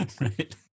Right